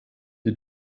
die